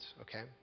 okay